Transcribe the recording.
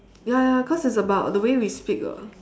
ya ya cause it's about the way we speak ah